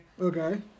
Okay